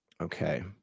Okay